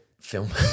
Film